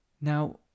Now